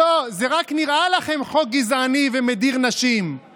לא להשפלה ולא לרמיסת הזכויות של הכנסת.